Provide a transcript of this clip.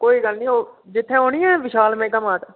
कोई गल्ल नी ओह् जित्थें ओह् नी ऐ विशाल मेगा मार्ट